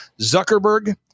Zuckerberg